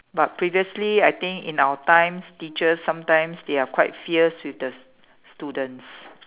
but previously I think in our times teachers sometimes they are quite fierce with the students